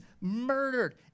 murdered